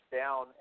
down